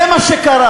זה מה שקרה.